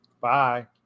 Bye